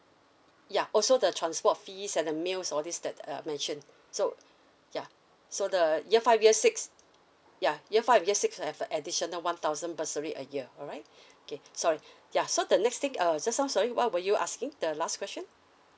ya also the transport fees and the meals all these that I uh mentioned so ya so the year five year six ya year five and year six have additional one thousand bursary a year alright okay sorry ya so the next thing uh just now sorry what were you asking the last question